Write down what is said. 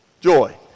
Joy